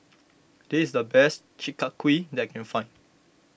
this is the best Chi Kak Kuih that I can find